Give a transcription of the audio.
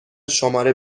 شماره